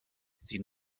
sie